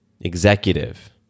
executive